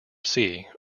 sea